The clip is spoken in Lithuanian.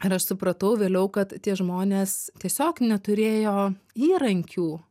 ir aš supratau vėliau kad tie žmonės tiesiog neturėjo įrankių